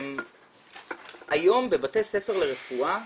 היום בבתי הספר לרפואה,